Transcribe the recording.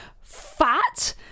fat